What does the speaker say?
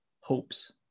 hopes